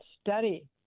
Study